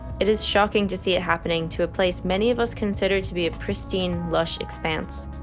it is shocking to see it happening to a place many of us consider to be a pristine lush expanse.